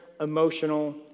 emotional